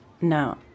No